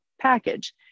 package